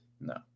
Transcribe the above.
No